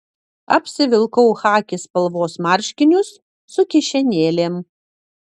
apsivilkau chaki spalvos marškinius su kišenėlėm